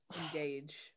engage